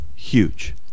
Huge